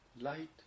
light